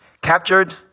captured